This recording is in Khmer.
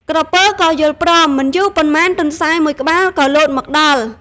ក្រពើក៏យល់ព្រម មិនយូរប៉ុន្មាន ទន្សាយមួយក្បាលក៏លោតមកដល់។